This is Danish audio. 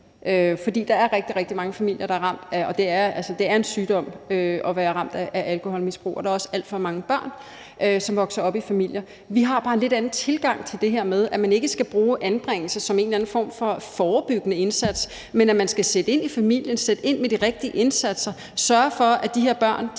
rigtig, rigtig mange familier, der er ramt, og det er en sygdom at være ramt af alkoholmisbrug. Og der er også alt for mange børn, som vokser op i familier med alkoholmisbrug. Vi har bare en lidt anden tilgang til det her og mener, at man ikke skal bruge anbringelse som en eller anden form for forebyggende indsats, men at man skal sætte ind i familien med de rigtige indsatser, sørge for, at de her børn